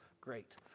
Great